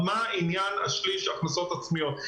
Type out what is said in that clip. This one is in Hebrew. מעניין שליש הכנסות עצמיות,